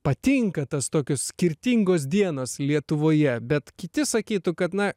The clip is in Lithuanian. patinka tas tokios skirtingos dienos lietuvoje bet kiti sakytų kad na